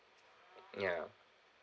ya